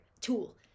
tool